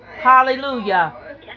Hallelujah